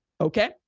okay